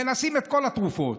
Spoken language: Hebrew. מנסים את כל התרופות.